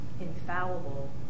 infallible